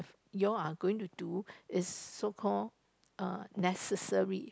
you all are going to do is so call uh necessary